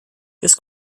this